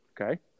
Okay